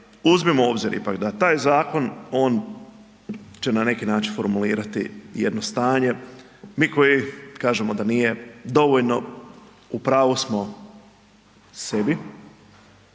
uzmimo u obzir ipak da taj zakon on će na neki način formulirati jedno stanje. Mi koji kažemo da nije dovoljno u pravu smo sebi.